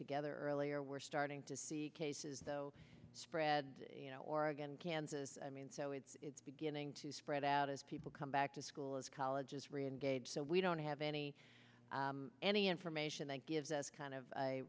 together really or we're starting to see cases though spread and you know oregon kansas i mean so it's beginning to spread out as people come back to school as college is reengaged so we don't have any any information that gives us kind of a